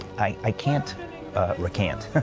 i can't recant.